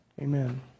Amen